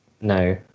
no